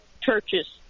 churches